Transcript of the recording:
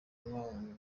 manywa